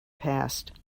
past